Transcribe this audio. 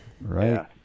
right